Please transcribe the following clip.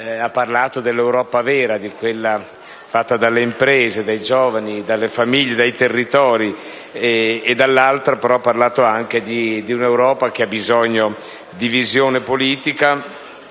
ha parlato dell'Europa vera, di quella fatta dalle imprese, dai giovani, dalle famiglie e dai territori; dall'altra, però, ha parlato anche di un'Europa che ha bisogno di visione politica,